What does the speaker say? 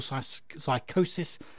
Psychosis